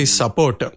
support